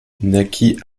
naquit